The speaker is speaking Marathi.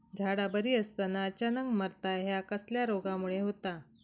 झाडा बरी असताना अचानक मरता हया कसल्या रोगामुळे होता?